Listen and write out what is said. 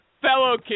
fellow